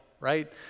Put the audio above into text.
right